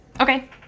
Okay